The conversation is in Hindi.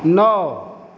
नौ